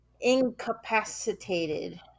incapacitated